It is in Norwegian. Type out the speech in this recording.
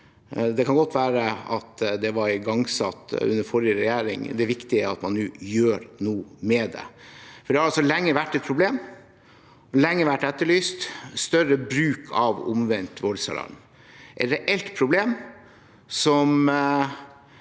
Det kan godt være at det var igangsatt under forrige regjering. Det viktige er at man nå gjør noe med det. Dette har altså lenge vært et problem. Det har lenge vært etterlyst større bruk av omvendt voldsalarm. Det er et reelt problem som